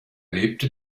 lebte